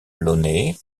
launay